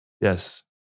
yes